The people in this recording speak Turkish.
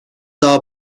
daha